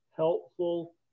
helpful